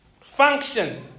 function